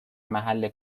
محل